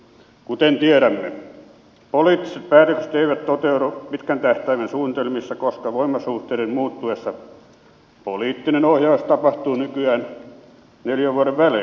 kuten tiedämme poliittiset päätökset eivät toteudu pitkän tähtäimen suunnitelmissa koska voimasuhteiden muuttuessa poliittinen ohjaus tapahtuu nykyään neljän vuoden välein